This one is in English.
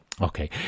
Okay